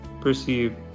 perceive